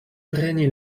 preni